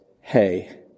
hey